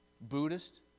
Buddhist